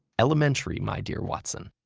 elementary, my dear watson.